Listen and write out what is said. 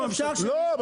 די.